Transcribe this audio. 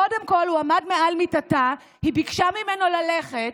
קודם כול הוא עמד מעל מיטתה, היא ביקשה ממנו ללכת,